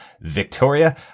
Victoria